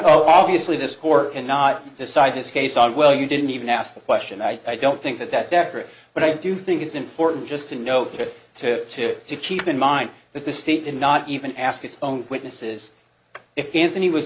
know obviously this court cannot decide this case on well you didn't even ask the question i i don't think that that's accurate but i do think it's important just to note to to to keep in mind that the state did not even ask its own witnesses if anthony was